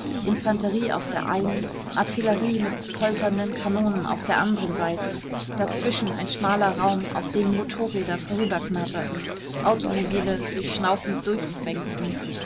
infanterie auf der einen artillerie mit polternden kanonen auf der anderen seite dazwischen ein schmaler raum auf dem motorräder vorüberknatterten automobile sich schnaufend